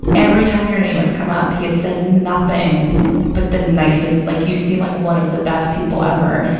every time your name has come up, he has said nothing but the nicest, like you seem like one of the best people ever.